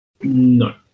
no